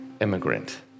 immigrant